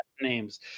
names